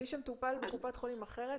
אז את אומרת שמי שמטופל בקופת חולים אחרת